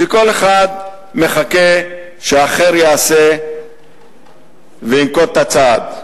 שכל אחד מחכה שאחר יעשה וינקוט את הצעד,